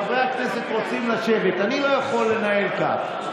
חברי הכנסת רוצים לשבת, אני לא יכול לנהל כך.